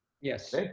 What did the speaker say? Yes